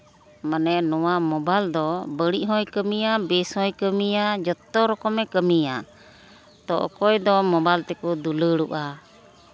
ᱢᱟᱱᱮ ᱱᱚᱣᱟ ᱢᱳᱵᱟᱭᱤᱞ ᱫᱚ ᱵᱟᱹᱲᱤᱡ ᱦᱚᱭ ᱠᱟᱹᱢᱤᱭᱟ ᱵᱮᱥ ᱦᱚᱭ ᱠᱟᱹᱢᱤᱭᱟ ᱡᱚᱛᱚ ᱨᱚᱠᱚᱢᱮ ᱠᱟᱹᱢᱤᱭᱟ ᱛᱳ ᱚᱠᱚᱭ ᱫᱚ ᱢᱳᱵᱟᱭᱤᱞ ᱛᱮᱠᱚ ᱫᱩᱞᱟᱹᱲᱚᱜᱼᱟ